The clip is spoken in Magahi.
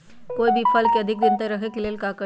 कोई भी फल के अधिक दिन तक रखे के लेल का करी?